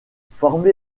formé